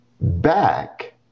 back